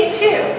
two